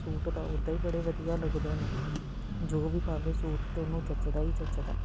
suit ਤਾਂ ਉੱਦਾਂ ਹੀ ਬੜੇ ਵਧੀਆ ਲੱਗਦੇ ਨੇ ਜੋ ਵੀ ਪਾਵੇ ਸੂਟ ਅਤੇ ਉਹਨੂੰ ਜੱਚਦਾ ਹੀ ਜੱਚਦਾ